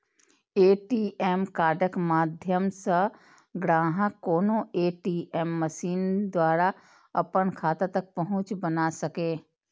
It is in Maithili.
ए.टी.एम कार्डक माध्यम सं ग्राहक कोनो ए.टी.एम मशीन द्वारा अपन खाता तक पहुंच बना सकैए